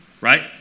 right